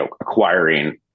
acquiring